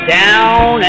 down